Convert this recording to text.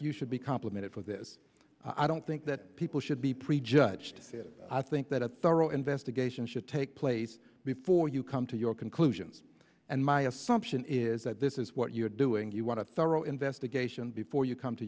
you should be complimented for this i don't think that people should be prejudged i think that a thorough investigation should take place before you come to your conclusions and my assumption is that this is what you're doing you want a thorough investigation before you come to